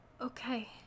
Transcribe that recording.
Okay